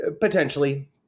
Potentially